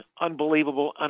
unbelievable